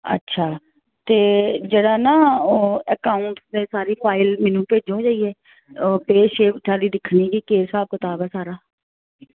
अच्छा ते जेह्ड़ा ना ओह् अकैंउट दी सारी फाइल मिनू भेजो हां जाइया ओह् पे छे कुत्थै अल्ली दिक्खनी के केह् स्हाब कताब ऐ सारा